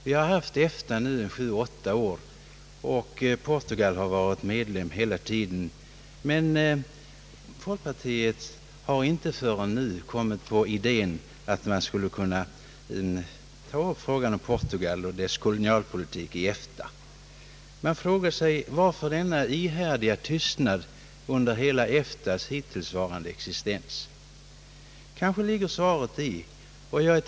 EFTA har nu existerat 7—8 år och Portugal har hela tiden varit medlem, men folkpartiet har inte förrän nu kommit på idén att man skulle kunna ta upp frågan om Portugals kolonialpolitik i EFTA. Varför denna ihärdiga tystnad under hela EFTA:s hittillsvarande existens? Kanske ligger svaret — jag är.